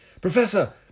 Professor